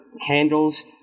handles